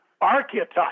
archetype